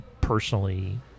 personally